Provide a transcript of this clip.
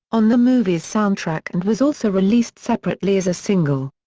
on the movie's soundtrack and was also released separately as a single.